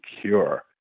cure